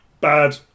Bad